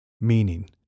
meaning